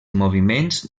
moviments